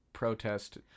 protest